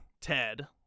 Ted